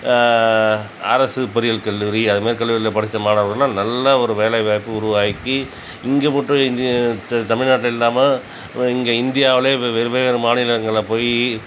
அரசு பொறியியல் கல்லூரி அது மாதிரி கல்லூரியில் படித்த மாணவர்கள்லாம் நல்ல ஒரு வேலை வாய்ப்பு உருவாக்கி இங்கே மட்டும் இன்ஜினியர் த தமிழ்நாட்டில் இல்லாமல் வ இங்கே இந்தியாவில் வெவ் வெவ்வேறு மாநிலங்களில் போய்